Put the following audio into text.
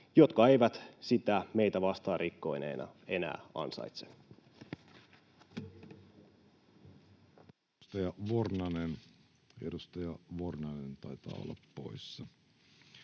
jotka b) eivät sitä meitä vastaan rikkoneina enää ansaitse. Kiitoksia. — Edustaja Vornanen taitaa olla poissa.